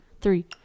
Three